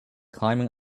climbing